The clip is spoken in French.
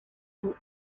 sont